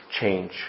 change